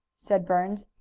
said burns.